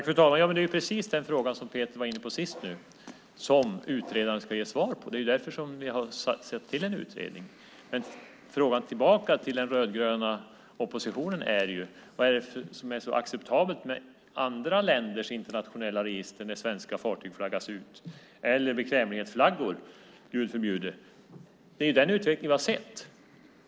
Fru talman! Det är precis den frågan som Peter var inne på sist som utredaren ska ge svar på. Det är därför vi har tillsatt en utredning. Frågan tillbaka till den rödgröna oppositionen är: Vad är det som är så acceptabelt med andra länders internationella register med svenska fartyg som flaggas ut eller bekvämlighetsflaggor, Gud förbjude? Det är ju den utvecklingen vi har sett.